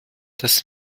dass